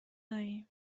داریم